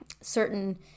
certain